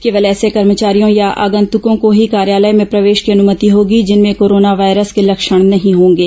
केवल ऐसे कर्मचारियों या आगंतुकों को ही कार्यालय में प्रवेश की अनुमति होगी जिनमें कोरोना वायरस के लक्षण नहीं होंगे